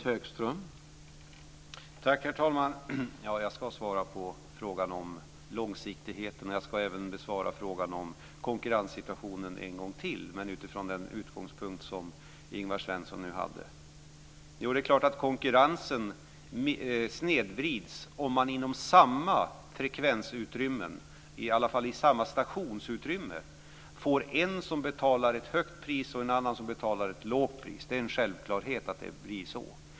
Herr talman! Jag ska svara på frågan om långsiktigheten, och jag ska även en gång till besvara frågan om konkurrenssituationen men från den utgångspunkt som Ingvar Svensson nu hade. Det är klart att konkurrensen snedvrids om man inom samma frekvensutrymme eller varje fall inom samma stationsutrymme får en som betalar ett högt pris och en annan som betalar ett lågt pris. Det är en självklarhet.